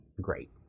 great